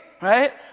Right